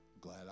Glad